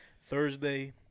Thursday